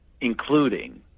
including